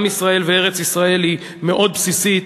עם ישראל וארץ-ישראל היא מאוד בסיסית.